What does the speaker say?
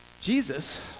Jesus